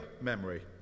memory